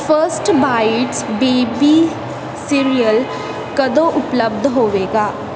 first bites baby cereal ਕਦੋਂ ਉਪਲੱਬਧ ਹੋਵੇਗਾ